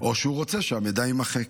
או שהוא רוצה שהמידע יימחק.